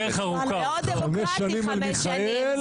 מאוד דמוקרטים חמש שנים.